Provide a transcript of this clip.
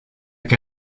que